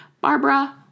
barbara